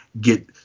Get